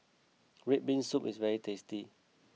Red Bean Soup is very tasty